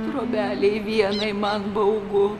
trobelėje vienai man baugu